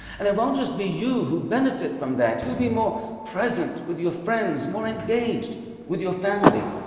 and it won't just be you who benefit from that. you'll be more present with your friends, more engaged with your family,